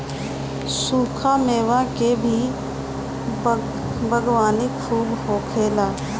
सुखा मेवा के भी बागवानी खूब होखेला